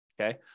okay